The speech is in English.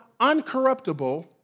uncorruptible